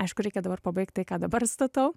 aišku reikia dabar pabaigt tai ką dabar statau